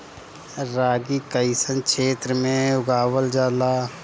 रागी कइसन क्षेत्र में उगावल जला?